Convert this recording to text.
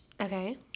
okay